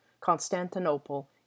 Constantinople